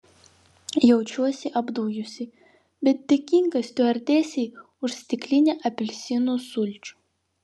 jaučiuosi apdujusi bet dėkinga stiuardesei už stiklinę apelsinų sulčių